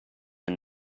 and